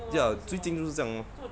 ya 最近就是这样咯